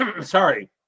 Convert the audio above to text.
Sorry